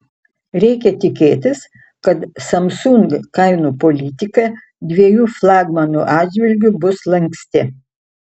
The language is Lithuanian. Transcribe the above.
reikia tikėtis kad samsung kainų politika dviejų flagmanų atžvilgiu bus lanksti